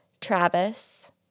Travis